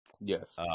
Yes